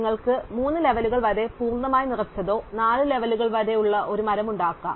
നിങ്ങൾക്ക് 3 ലെവലുകൾ വരെ പൂർണ്ണമായി നിറച്ചതോ 4 ലെവലുകൾ വരെയോ ഉള്ള ഒരു മരം ഉണ്ടായിരിക്കാം